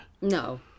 No